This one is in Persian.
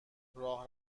راه